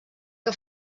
que